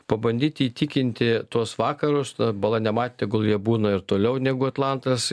pabandyti įtikinti tuos vakarus bala nematė tegul jie būna ir toliau negu atlantas